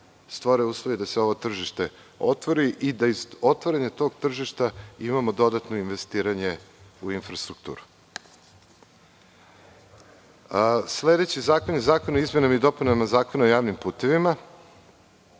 stvore uslovi da se ovo tržište otvori i da iz otvaranja tog tržišta imamo dodatno investiranje u infrastrukturu. Sledeći zakon je Zakon o izmenama i dopunama Zakona o javnim putevima.